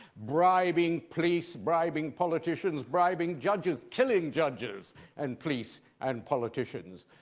bribing police, bribing politicians, bribing judges, killing judges and police and politicians.